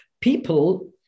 people